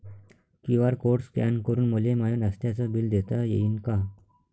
QR code scan करून मले माय नास्त्याच बिल देता येईन का?